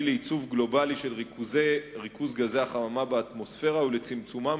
לייצוב גלובלי של ריכוז גזי החממה באטמוספירה ולצמצומם